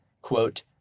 quote